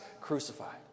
crucified